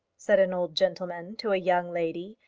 said an old gentleman to a young lady,